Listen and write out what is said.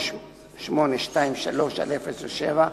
8823/07,